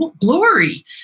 glory